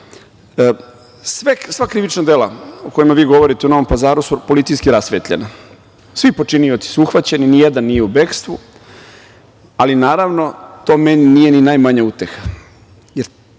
krivična dela o kojima vi govorite u Novom Pazaru su policijski rasvetljena. Svi počinioci su uhvaćeni, ni jedan nije u bekstvu. Naravno, to meni nije ni najmanja uteha,